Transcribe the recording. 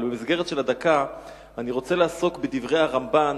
אבל במסגרת הדקה אני רוצה לעסוק בדברי הרמב"ן,